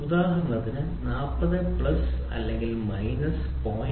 ഉദാഹരണത്തിന് 40 പ്ലസ് അല്ലെങ്കിൽ മൈനസ് 0